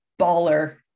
baller